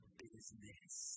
business